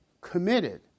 committed